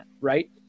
right